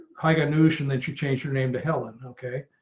high got notion that you change your name to helen. okay,